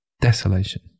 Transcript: Desolation